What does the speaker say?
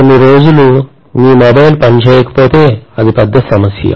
కొన్ని రోజులు మీ మొబైల్ పనిచేయకపోతే అది పెద్ద సమస్య